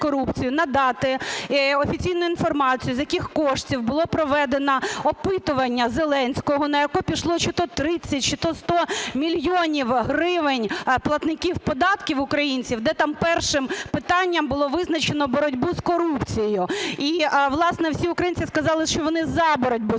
надати офіційну інформацію, з яких коштів було проведено опитування Зеленського, на якого пішло чи то 30, чи то 100 мільйонів гривень платників податків українців, де там першим питанням було визначено боротьбу з корупцією. І, власне, всі українці сказали, що вони за боротьбу